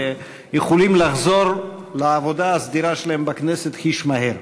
ושיוכלו לחזור לעבודה הסדירה שלהם בכנסת חיש מהר.